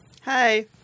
Hi